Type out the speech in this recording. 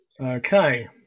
Okay